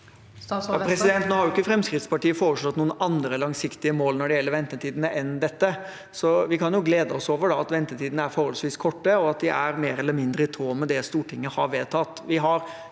Nå har ikke Fremskrittspartiet foreslått noen andre langsiktige mål enn dette når det gjelder ventetidene, så vi kan jo da glede oss over at ventetidene er forholdsvis korte, og at de er mer eller mindre i tråd med det Stortinget har vedtatt.